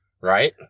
Right